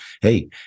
hey